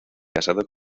casado